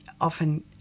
often